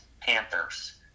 Panthers